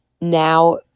now